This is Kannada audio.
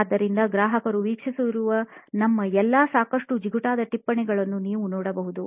ಆದ್ದರಿಂದ ಗ್ರಾಹಕರು ವೀಕ್ಷಿಸಿರುವ ನಮ್ಮ ಎಲ್ಲಾ ಸಾಕಷ್ಟು ಜಿಗುಟಾದ ಟಿಪ್ಪಣಿಗಳನ್ನು ನೀವು ನೋಡಬಹುದು